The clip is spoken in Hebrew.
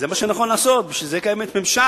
זה מה שנכון לעשות, בשביל זה קיים ממשל.